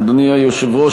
אדוני היושב-ראש,